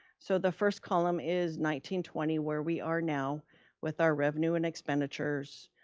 so the first column is nineteen twenty, where we are now with our revenue and expenditures,